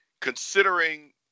Considering